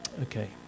Okay